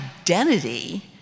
identity